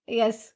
yes